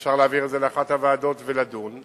אפשר להעביר את זה לאחת הוועדות ולדון.